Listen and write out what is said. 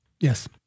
Yes